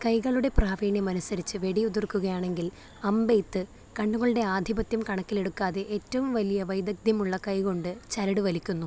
കൈകളുടെ പ്രാവീണ്യം അനുസരിച്ച് വെടിയുതിർക്കുകയാണെങ്കിൽ അമ്പെയ്ത്ത് കണ്ണുകളുടെ ആധിപത്യം കണക്കിലെടുക്കാതെ ഏറ്റവും വലിയ വൈദഗ്ധ്യമുള്ള കൈകൊണ്ട് ചരട് വലിക്കുന്നു